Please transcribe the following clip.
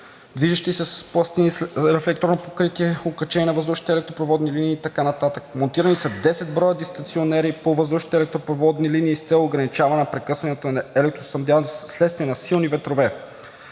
движещи се пластини с рефлекторно покритие, окачени на въздушните електропроводни линии, и т.н.; - Монтирани са 10 броя дистанционери по въздушните електропроводни линии с цел ограничаване на прекъсванията на електроснабдяването вследствие на силни ветрове;